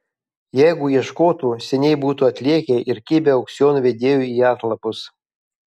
jeigu ieškotų seniai būtų atlėkę ir kibę aukciono vedėjui į atlapus